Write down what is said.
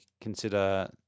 consider